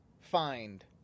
Find